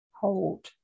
hold